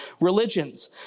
religions